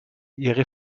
ihre